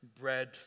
bread